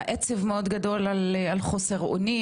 היה עצב מאוד גדול על חוסר אונים,